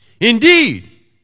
Indeed